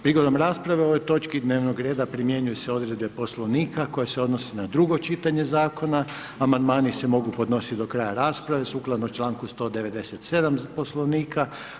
Prigodom rasprave o ovoj točki dnevnog reda primjenjuju se odredbe poslovnika, koje se odnosi na drugo čitanje zakona, amandmane se mogu podnositi na kraju rasprave sukladno članku 197. poslovnika.